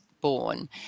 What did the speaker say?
born